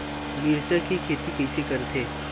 मिरचा के खेती कइसे करथे?